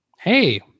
Hey